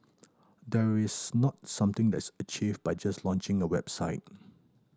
there's not something that's achieved by just launching a website